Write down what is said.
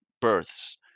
births